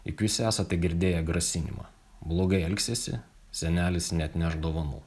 juk jūs esate girdėję grasinimą blogai elgsiesi senelis neatneš dovanų